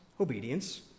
obedience